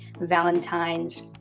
Valentine's